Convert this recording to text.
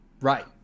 Right